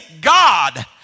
God